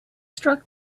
struck